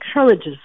encourages